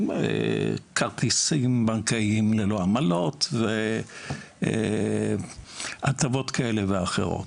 כרטיסים בנקאיים ללא עמלות, הטבות כאלה ואחרות.